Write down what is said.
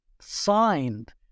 signed